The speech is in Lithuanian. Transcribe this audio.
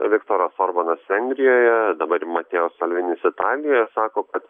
viktoras orbanas vengrijoje dabar mateo salvinis italijoje sako kad